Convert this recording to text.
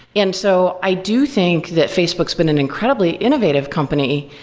and so i do think that facebook's been an incredibly innovative company,